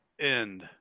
end